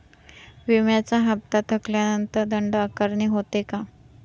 विम्याचा हफ्ता थकल्यानंतर दंड आकारणी होते का?